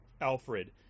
Alfred